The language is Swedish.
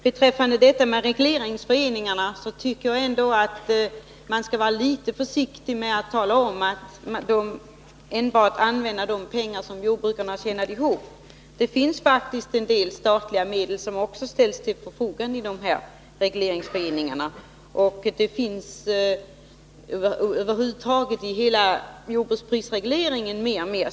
Beträffande regleringsföreningarna bör man vara litet försiktig med att uttala att enbart de pengar som jordbrukarna själva tjänat ihop används. En delstatliga medel står faktiskt till förfogande i de här regleringsföreningarna. Över huvud taget finns det mer och mer av statliga medel i hela jordbruksprisregleringen.